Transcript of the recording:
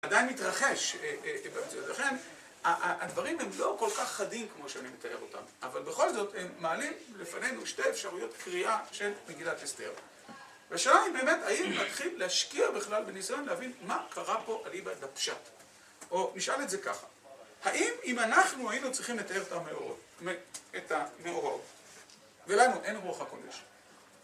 עדיין מתרחש... ולכן, הדברים הם לא כל כך חדים כמו שאני מתאר אותם, אבל בכל זאת הם מעלים לפנינו שתי אפשרויות קריאה של מגילת אסתר. והשאלה היא באמת, האם נתחיל להשקיע בכלל בניסיון להבין מה קרה פה אליבא דה פשט, או נשאל את זה ככה, האם אם אנחנו היינו צריכים לתאר את המאורעות, ולנו אין רוח הקודש